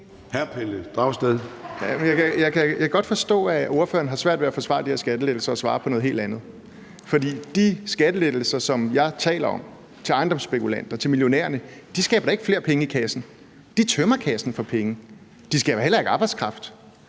Jeg kan godt forstå, at ordføreren har svært ved at forsvare de her skattelettelser, og at han derfor svarer på noget helt andet. For de skattelettelser, jeg taler om, til ejendomsspekulanterne og til millionærerne skaber da ikke flere penge i kassen; de tømmer kassen for penge. De skaber heller ikke arbejdskraft.